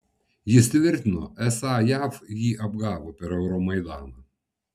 jis tvirtino esą jav jį apgavo per euromaidaną